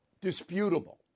disputable